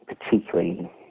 particularly